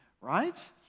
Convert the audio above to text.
right